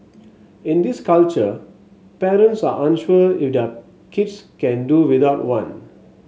in this culture parents are unsure if their kids can do without one